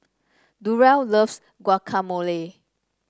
Durell loves Guacamole